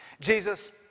Jesus